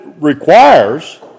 requires